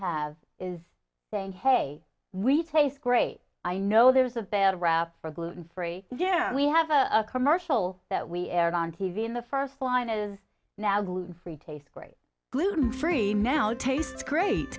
have is saying hey we taste great i know there's a bad rap for gluten free yeah we have a commercial that we aired on t v in the first line is now gluten free tastes great gluten free now tastes great